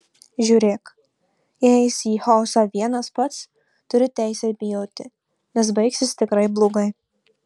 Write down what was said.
žiūrėk jei eisi į chaosą vienas pats turi teisę bijoti nes baigsis tikrai blogai